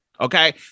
Okay